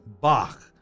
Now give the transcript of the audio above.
Bach